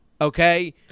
Okay